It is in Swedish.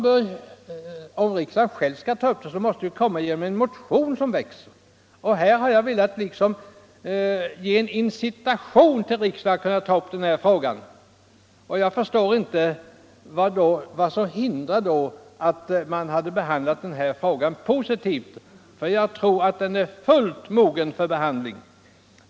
Först måste emellertid en motion väckas. Jag har velat skapa ett incitament för riksdagen att ta upp frågan. Jag förstår inte anledningen till att motionen inte har behandlats positivt. Frågan är fullt mogen för behandling.